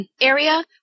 Area